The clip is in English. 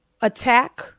attack